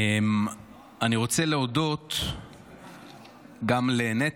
אני רוצה להודות גם לנטע,